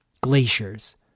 Glaciers